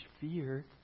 fear